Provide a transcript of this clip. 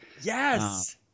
Yes